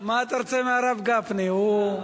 מה אתה רוצה מהרב גפני, הוא,